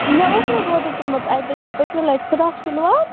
مےٚ اوس نہٕ حظ اوترٕ ترٛومُت اَتہِ ییٚکیٛاہ پٔتۍمہِ لَٹہِ فِراک شَلوار